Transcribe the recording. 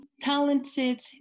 talented